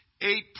eight